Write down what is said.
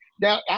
Now